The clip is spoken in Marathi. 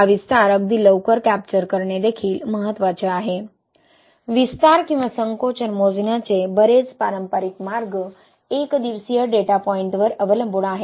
हा विस्तार अगदी लवकर कॅप्चर करणे देखील महत्त्वाचे आहे विस्तार किंवा संकोचन मोजण्याचे बरेच पारंपारिक मार्ग एक दिवसीय डेटापॉइंटवर अवलंबून आहेत